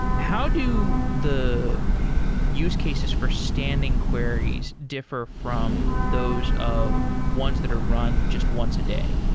how do the use cases for standing queries differ from those of once that are run just once a day?